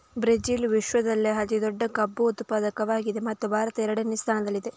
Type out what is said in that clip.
Brazil ವಿಶ್ವದಲ್ಲೇ ಅತಿ ದೊಡ್ಡ ಕಬ್ಬು ಉತ್ಪಾದಕವಾಗಿದೆ ಮತ್ತು ಭಾರತ ಎರಡನೇ ಸ್ಥಾನದಲ್ಲಿದೆ